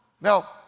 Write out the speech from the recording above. Now